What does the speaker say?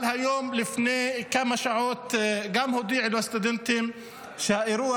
אבל היום לפני כמה שעות גם הודיעו לסטודנטים שהאירוע